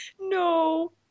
No